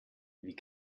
wie